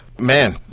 Man